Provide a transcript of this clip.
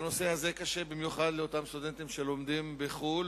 הנושא הזה קשה במיוחד לאותם סטודנטים שלומדים בחו"ל